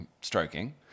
stroking